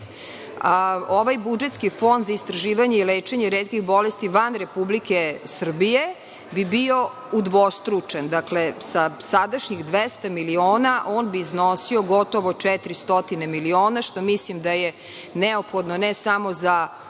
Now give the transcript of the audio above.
ovaj budžetski Fond za istraživanje i lečenje retkih bolesti van Republike Srbije, bi bio udvostručen. Dakle, sa sadašnjih 200 miliona, on bi iznosio gotovo 400 miliona, što mislim da je neophodno ne samo za izvršenje